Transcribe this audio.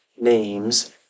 names